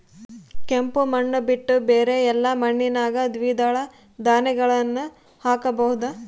ಕೆಂಪು ಮಣ್ಣು ಬಿಟ್ಟು ಬೇರೆ ಎಲ್ಲಾ ಮಣ್ಣಿನಾಗ ದ್ವಿದಳ ಧಾನ್ಯಗಳನ್ನ ಹಾಕಬಹುದಾ?